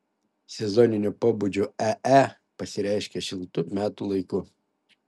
sezoninio pobūdžio ee pasireiškia šiltu metų laiku